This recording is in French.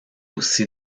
aussi